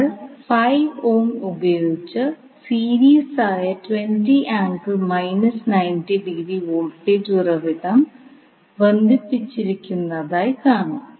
നിങ്ങൾക്ക് 5 ഓം ഉപയോഗിച്ച് സീരീസ് ആയി വോൾട്ടേജ് ഉറവിടം ബന്ധിപ്പിച്ചിരിക്കുന്നതായി കാണാം